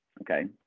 Okay